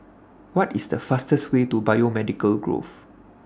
What IS The fastest Way to Biomedical Grove